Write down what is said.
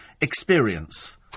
experience